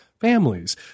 families